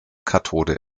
kathode